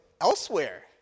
elsewhere